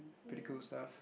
pretty cool stuff